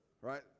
right